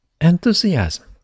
enthusiasm